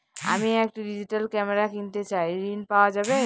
আমি একটি digital camera কিনতে চাই ঝণ পাওয়া যাবে?